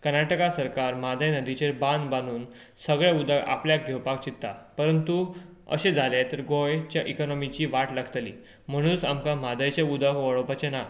कर्नाटका सरकार म्हादय नदीचेर बांद बांदून सगळें उदक आपल्याक घेवपाक चित्ता परंतु अशें जाले तर गोंयच्या इकोनोमिची वाट लागतली म्हणुनच आमकां म्हादयचे उदक वळोवपाचे ना